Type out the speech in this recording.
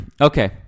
Okay